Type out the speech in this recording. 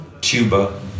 tuba